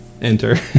enter